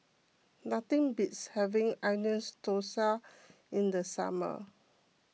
nothing beats having Onion Thosai in the summer